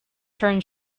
turned